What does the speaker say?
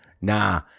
Nah